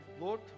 Lord